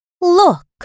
Look